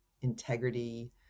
integrity